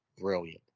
brilliant